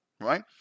right